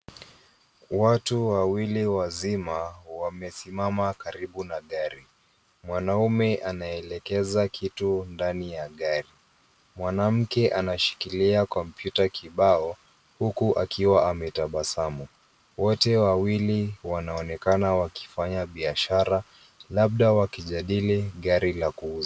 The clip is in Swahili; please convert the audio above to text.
Watu wawili wazima wamesimama karibu na gari .Mwanaume anaelekeza kitu ndani ya gari mwanamke anashikilia kompyuta kibao huku akiwa ametabasamu wote wawili wanaonekana wakifanya biashara labda wakijadili gari la kuuza.